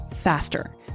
faster